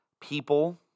people